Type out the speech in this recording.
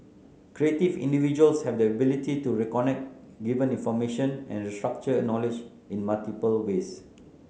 creative individuals have the ability to reconnect given information and restructure knowledge in multiple ways